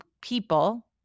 people